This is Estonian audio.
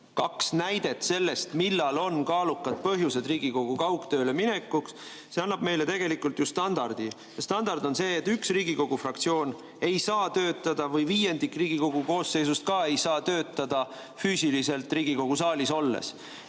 kaks näidet sellest, millal on kaalukad põhjused Riigikogu kaugtööle minekuks. See annab meile tegelikult ju standardi ja standard on see, et üks Riigikogu fraktsioon ei saa töötada või viiendik Riigikogu koosseisust ei saa töötada füüsiliselt Riigikogu saalis olles.